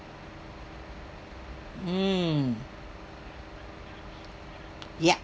mm yup